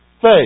faith